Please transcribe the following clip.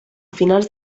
finals